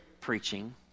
preaching